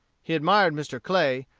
he admired mr. clay,